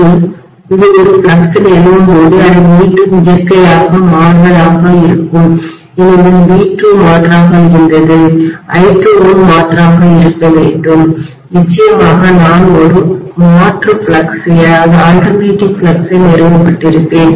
மற்றும் இது ஒரு ஃப்ளக்ஸ் நிறுவும் போது அது மீண்டும் இயற்கையாகமாறுவதாக இருக்கும் ஏனெனில் V2 மாற்றாக இருந்தது I2 வும் மாற்றாக இருக்க வேண்டும் நிச்சயமாக நான் ஒரு மாற்று ஃப்ளக்ஸை நிறுவப்பட்டிருப்பேன்